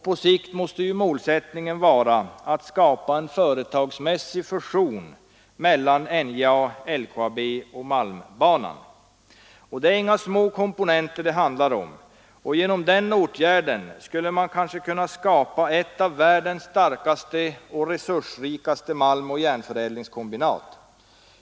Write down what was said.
På sikt måste målsättningen vara att skapa en företagsmässig fusion mellan NJA, LKAB och malmbanan. Det är inga små komponenter det handlar om. Genom den åtgärden skulle man kunna skapa ett av världens starkaste och resursrikaste malmoch järnberedningskombinat.